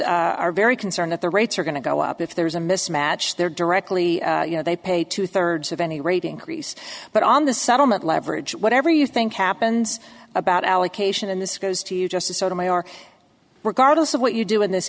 railroads are very concerned that the rates are going to go up if there's a mismatch there directly you know they pay two thirds of any rate increase but on the settlement leverage whatever you think happens about allocation and this goes to you justice sotomayor regardless of what you do in this